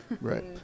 Right